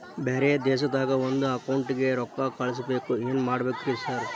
ಬ್ಯಾರೆ ದೇಶದಾಗ ಒಂದ್ ಅಕೌಂಟ್ ಗೆ ರೊಕ್ಕಾ ಕಳ್ಸ್ ಬೇಕು ಏನ್ ಮಾಡ್ಬೇಕ್ರಿ ಸರ್?